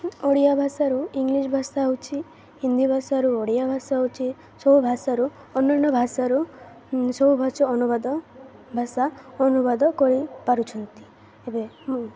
ଓଡ଼ିଆ ଭାଷାରୁ ଇଂଲିଶ୍ ଭାଷା ହେଉଛି ହିନ୍ଦୀ ଭାଷାରୁ ଓଡ଼ିଆ ଭାଷା ହେଉଛି ସବୁ ଭାଷାରୁ ଅନ୍ୟାନ୍ୟ ଭାଷାରୁ ସବୁ ଭାଷା ଅନୁବାଦ ଭାଷା ଅନୁବାଦ କରିପାରୁଛନ୍ତି ଏବେ